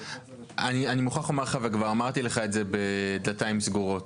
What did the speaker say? אני מוכרח לומר לך וכבר אמרתי לך את זה בדלתיים סגורות,